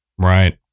Right